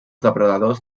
depredadors